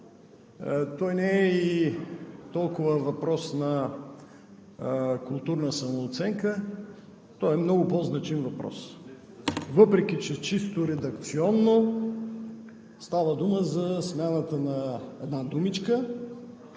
Той не е и толкова въпрос на културна самооценка, той е много по-значим въпрос, въпреки че чисто редакционно става дума за смяната на една думичка